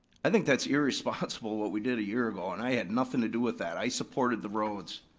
i think that's irresponsible what we did a year ago, and i had nothing to do with that, i supported the roads.